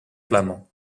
flamand